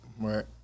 Right